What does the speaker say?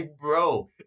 bro